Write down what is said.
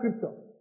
scripture